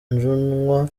avuga